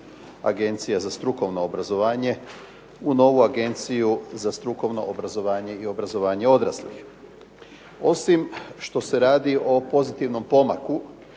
Agencija za strukovno obrazovanje u novu Agenciju za strukovno obrazovanje i obrazovanje odraslih. Osim što se radi o pozitivnom pomaku,